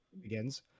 begins